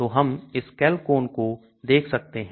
तो हम इस Chalcone को देख सकते हैं